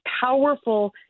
powerful